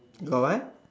got what